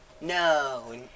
no